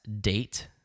date